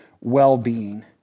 well-being